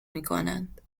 میکنند